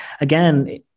again